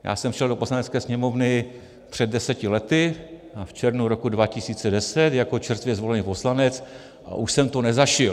Já jsem přišel do Poslanecké sněmovny před deseti lety, v červnu roku 2010, jako čerstvě zvolený poslanec a už jsem to nezažil.